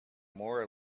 more